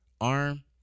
arm